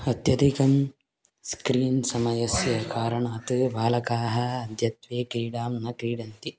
अत्यधिकं स्क्रीन् समयस्य कारणात् बालकाः अद्यत्वे क्रीडां न क्रीडन्ति